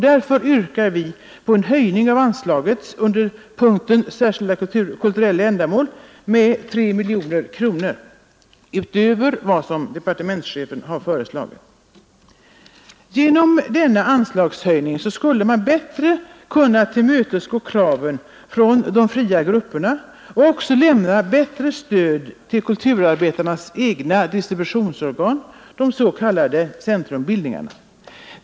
Därför yrkar vi på en höjning av anslaget under Genom denna anslagshöjning skulle man bättre kunna tillmötesgå kraven från de fria grupperna och också lämna bättre stöd till kulturarbetarnas egna distributionsorgan, de s.k. centrumbildningarna.